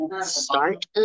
start